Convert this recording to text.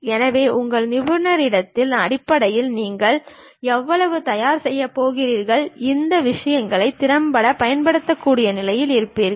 எனவே உங்கள் நிபுணத்துவத்தின் அடிப்படையில் நீங்கள் எவ்வளவு தயார் செய்யப் போகிறீர்கள் இந்த விஷயங்களை திறம்பட பயன்படுத்தக்கூடிய நிலையில் இருப்பீர்கள்